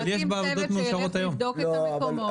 להקים צוות שיבדוק את המקומות.